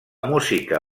música